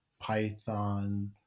Python